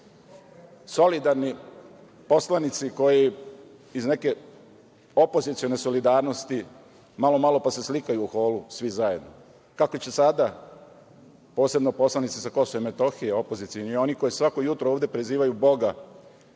solidarni poslanici koji iz neke opozicione solidarnosti malo, malo pa se slikaju u holu svi zajedno. Kako će sada, posebno poslanici za KiM opozicioni i oni koji svako jutro ovde prizivaju Boga